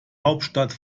hauptstadt